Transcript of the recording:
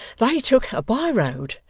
they took a by-road,